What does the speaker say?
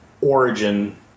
origin